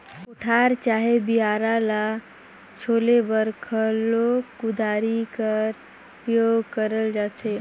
कोठार चहे बियारा ल छोले बर घलो कुदारी कर उपियोग करल जाथे